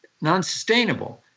non-sustainable